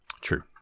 True